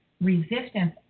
resistance